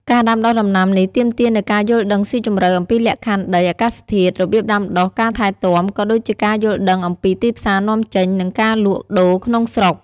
ការដាំដុះដំណាំនេះទាមទារនូវការយល់ដឹងស៊ីជម្រៅអំពីលក្ខខណ្ឌដី អាកាសធាតុ របៀបដាំដុះ ការថែទាំ ក៏ដូចជាការយល់ដឹងអំពីទីផ្សារនាំចេញ និងការលក់ដូរក្នុងស្រុក។